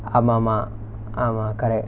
ஆமா ஆமா ஆமா:aamaa aamaa aamaa correct